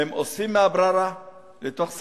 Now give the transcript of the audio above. והם אוספים מהבררה לתוך שקיות.